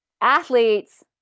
athletes